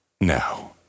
now